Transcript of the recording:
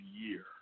year